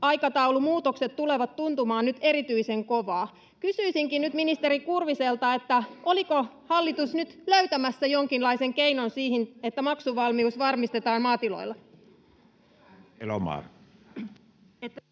Maksuaikataulumuutokset tulevat tuntumaan nyt erityisen kovaa. Kysyisinkin nyt ministeri Kurviselta, oliko hallitus nyt löytämässä jonkinlaisen keinon siihen, että maksuvalmius varmistetaan maatiloilla.